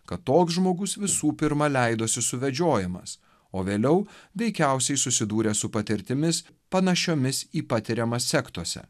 kad toks žmogus visų pirma leidosi suvedžiojamas o vėliau veikiausiai susidūrę su patirtimis panašiomis į patiriamą sektoriuose